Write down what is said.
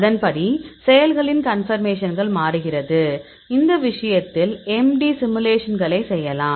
அதன்படி செயல்களின் கன்பர்மேஷன்கள் மாறுகிறது இந்த விஷயத்தில் MD சிமுலேஷன்களை செய்யலாம்